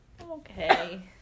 okay